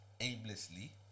aimlessly